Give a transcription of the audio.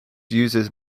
uses